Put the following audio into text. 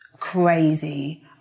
crazy